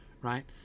Right